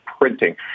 printing